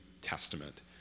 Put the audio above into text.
Testament